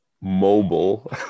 mobile